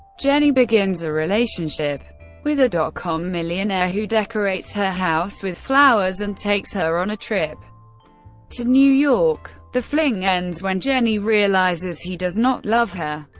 jenny begins a relationship with a dotcom millionaire, who decorates her house with flowers and takes her on a trip to new york. the fling ends when jenny realises he does not love her.